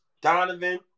Donovan